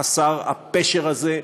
חסר הפשר הזה,